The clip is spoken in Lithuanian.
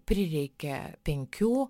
prireikė penkių